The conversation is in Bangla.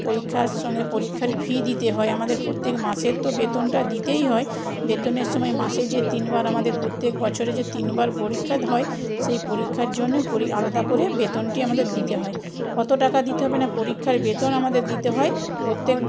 পরীক্ষার সঙ্গে পরীক্ষার ফি দিতে হয় আমাদের প্রত্যেক মাসের তো বেতনটা দিতেই হয় বেতনের সময় মাসে যে তিনবার আমাদের প্রত্যেক বছরে যে তিনবার পরীক্ষা হয় সেই পরীক্ষার জন্য আলাদা করে বেতনটি আমাদের দিতে হয় কত টাকা আমাদের দিতে হবে না পরীক্ষার বেতন আমাদের দিতে হয় প্রত্যেক